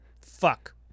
Fuck